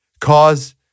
cause